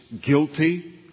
guilty